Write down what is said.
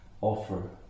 offer